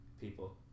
People